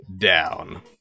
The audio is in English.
down